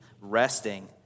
resting